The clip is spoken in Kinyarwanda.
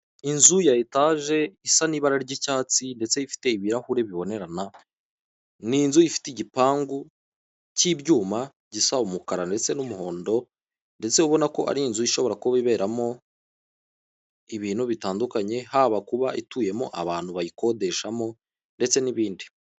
Inzu ya etaje isa n'ibara ry'icyatsi ndetse ifite ibirahure bibonerana ni inzu ifite igipangu k'ibyuma gisa umukara ndetse n'umuhondo ndetse ubona ko ari inzu ishobora kuba iberamo ibintu bitandukanye haba kuba ituyemo abantu bayikodeshamo ndetse n'ibindi.